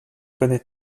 connaît